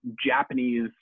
Japanese